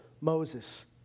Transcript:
Moses